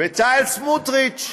בצלאל סמוטריץ,